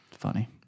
funny